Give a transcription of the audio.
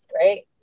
right